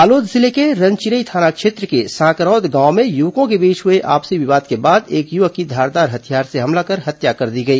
बालोद जिले के रनचिरई थाना क्षेत्र के सांकरौद गांव में युवकों के बीच हुए आपसी विवाद के बाद एक युवक की धारदार हथियार से हमला कर हत्या कर दी गई